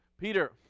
Peter